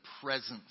presence